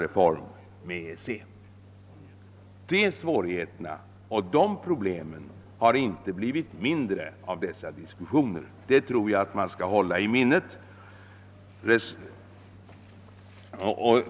Det är ett svårt problem och svårigheterna har inte blivit mindre genom dessa diskussioner. Det tror jag att man skall hålla i minnet.